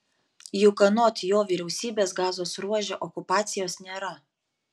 juk anot jo vyriausybės gazos ruože okupacijos nėra